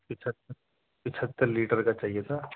پچھتر لیٹر کا چاہیے تھا